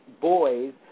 boys